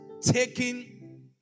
Taking